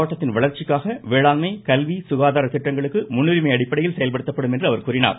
மாவட்டத்தின் வளர்ச்சிக்காக வேளாண்மை கல்வி சுகாதார திட்டங்கள் முன்னுரிமை அடிப்படையில் செயல்படுத்தப்படும் என அவர் கூறினார்